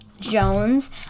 Jones